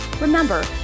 Remember